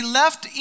left